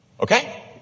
Okay